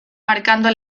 marcando